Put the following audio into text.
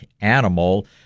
animal